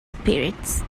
spirits